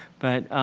but